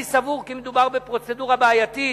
אני סבור כי מדובר בפרוצדורה בעייתית